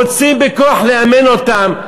רוצים בכוח לאמן אותם.